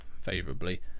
favorably